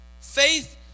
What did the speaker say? Faith